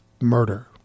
murder